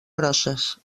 grosses